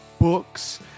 books